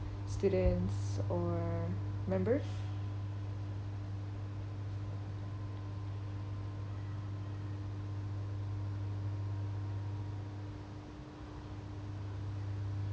students or members